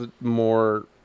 more